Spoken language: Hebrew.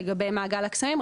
לגבי מעגל הקסמים,